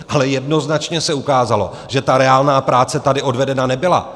Ale jednoznačně se ukázalo, že ta reálná práce tady odvedena nebyla.